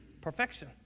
perfection